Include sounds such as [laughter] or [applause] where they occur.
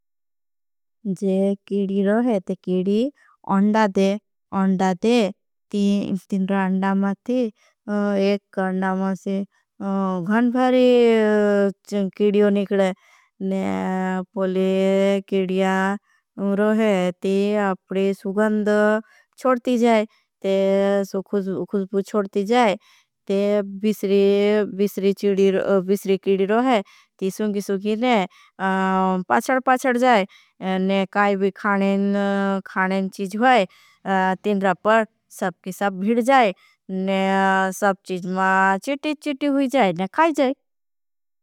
किडी अंडा दे [hesitation] अंडा माथी एक अंडा माथी घण। [hesitation] भारी किडियो निकड़े [hesitation] पोले। किडिया रोहे ती अपरे सुगंद छोड़ती जाए ते सो खुस्पु छोड़ती जाए। ते बिसरी [hesitation] किड़ी रोहे ती सुंगी सुगी ने पाछड़। पाछड़ जाए आपका स्वागत है ने काई भी खानें खानें चीज होई। तीन रापर सबकी सब भीड जाए [hesitation] ने सब चीज। [hesitation] मां चूटी चूटी होई जाए ने खाई जाए।